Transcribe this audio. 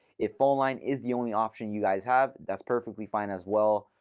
if phone line is the only option you guys have, that's perfectly fine as well.